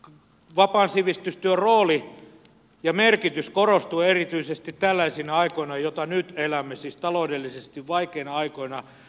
vapaan sivistystyön rooli ja merkitys korostuvat erityisesti tällaisina aikoina jollaista nyt elämme siis taloudellisesti vaikeina aikoina